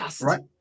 right